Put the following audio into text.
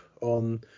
on